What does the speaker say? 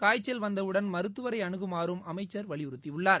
காய்ச்சல் வந்தவுடன் மருத்துவரை அனு குமாறும் அமைச்சர் வலியுறுத்தியுனார்